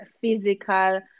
physical